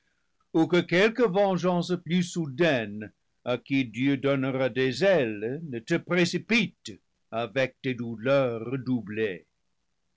ou que quelque vengeance plus soudaine à qui dieu donnera des ailes ne te précipite avec des douleurs redoublées